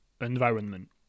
environment